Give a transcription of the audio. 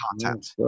content